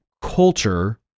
culture